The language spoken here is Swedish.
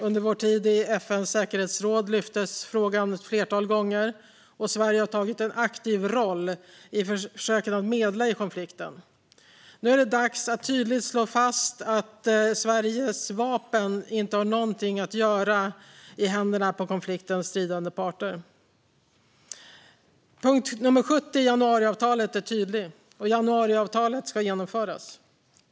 Under vår tid i FN:s säkerhetsråd lyftes frågan ett flertal gånger, och Sverige har tagit en aktiv roll i försöken att medla i konflikten. Nu är det dags att tydligt slå fast att Sveriges vapen inte har något att göra i händerna på konfliktens stridande parter. Punkt nr 70 i januariavtalet är tydlig, och avtalet ska genomföras.